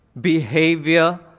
behavior